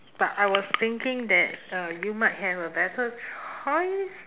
but I was thinking that uh you might have a better choice